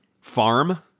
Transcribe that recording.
farm